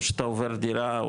או שאתה עובר דירה,